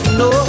no